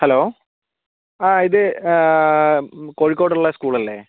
hello ആ ഇത് കോഴിക്കോടുള്ള സ്കൂൾ അല്ലേ